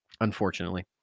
unfortunately